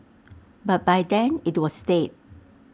but by then IT was dead